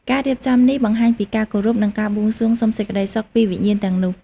ការរៀបចំនេះបង្ហាញពីការគោរព និងការបួងសួងសុំសេចក្តីសុខពីវិញ្ញាណទាំងនោះ។